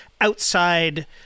outside